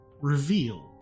revealed